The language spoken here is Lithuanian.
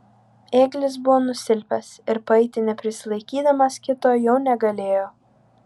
ėglis buvo nusilpęs ir paeiti neprisilaikydamas kito jau negalėjo